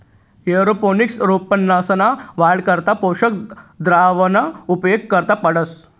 aeroponics रोपंसना वाढ करता पोषक द्रावणना उपेग करना पडस